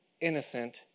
innocent